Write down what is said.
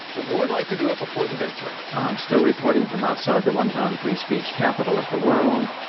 would like to do it before the midterm i'm still reporting from outside the one-time free speech capital of the world,